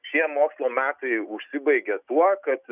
šie mokslo metai užsibaigė tuo kad